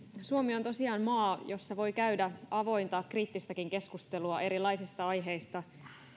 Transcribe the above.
suomi on tosiaan maa jossa voi käydä avointa kriittistäkin keskustelua erilaisista aiheista